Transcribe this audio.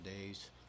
days